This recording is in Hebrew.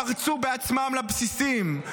פרצו בעצמם לבסיסים.